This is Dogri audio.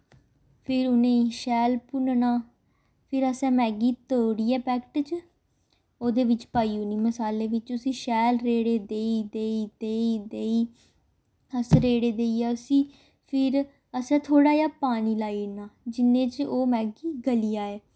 फिर उनेंई शैल भुनन्ना फिर असें मैगी तोड़ियै पैक्ट च ओह्दे बिच्च पाई ओड़नी मसाले बिच्च उसी शैल रेड़े देई देई देई देई अस रेड़े देइयै उसी फिर असें थोह्ड़ा जेहा पानी लाई ओड़ना जिन्ने च मैगी गली जाए